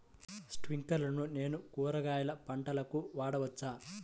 స్ప్రింక్లర్లను నేను కూరగాయల పంటలకు వాడవచ్చా?